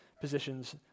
positions